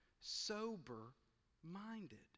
sober-minded